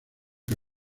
que